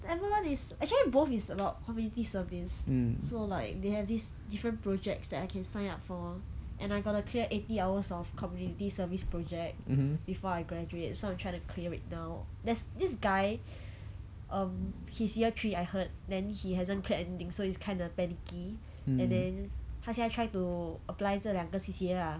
the enable [one] is actually both is about community service so like they have these different projects that I can sign up for and I got to clear eighty hours of community service project before I graduate so I'm trying to clear it now there's this guy um he's year three I heard then he hasn't cleared anything so he's kinda panicky and then 他现在 try to apply 这两个 C_C_A lah